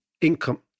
income